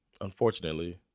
unfortunately